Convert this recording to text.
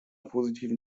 positiven